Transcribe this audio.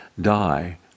die